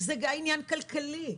זה עניין כלכלי.